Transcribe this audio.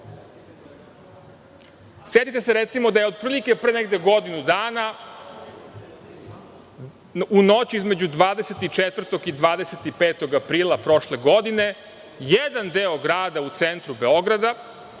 se, recimo, da je otprilike nekih godinu dana, u noći između 24. i 25. aprila prošle godine, jedan deo grada u centru Beograda